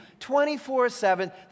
24-7